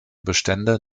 bestände